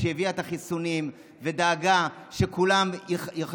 כשהיא הביאה את החיסונים ודאגה שכולם יחוסנו,